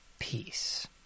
Peace